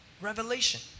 revelation